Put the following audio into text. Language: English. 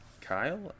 Kyle